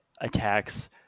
attacks